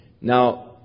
Now